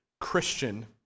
Christian